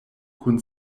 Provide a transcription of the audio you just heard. kun